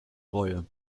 reue